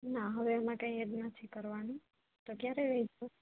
ના હવે એમાં કાંઈ એડ નથી કરવાનું તો ક્યારે લઈ જઉ